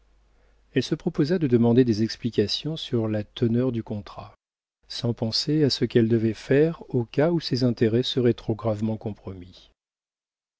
elle se proposa de demander des explications sur la teneur du contrat sans penser à ce qu'elle devait faire au cas où ses intérêts seraient trop gravement compromis